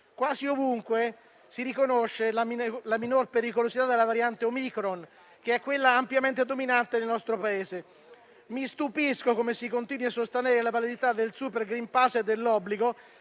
Quasi ovunque si riconosce la minore pericolosità della variante Omicron, che è quella ampiamente dominante nel nostro Paese. Mi stupisco come si continui a sostenere la validità del *super green pass* e dell'obbligo